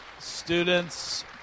students